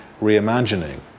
reimagining